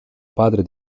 padre